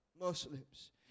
Muslims